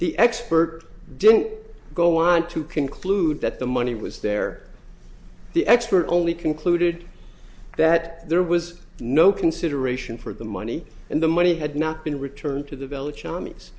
the expert didn't go on to conclude that the money was there the expert only concluded that there was no consideration for the money and the money had not been returned to